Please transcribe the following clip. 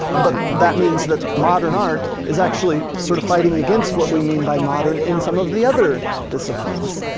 but that means that modern art is actually sort of fighting against what we mean by modern in some of the other disciplines.